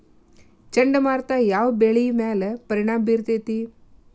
ಚಂಡಮಾರುತ ಯಾವ್ ಬೆಳಿ ಮ್ಯಾಲ್ ಪರಿಣಾಮ ಬಿರತೇತಿ?